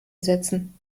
setzen